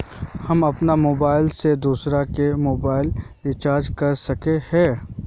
हम अपन मोबाईल से दूसरा के मोबाईल रिचार्ज कर सके हिये?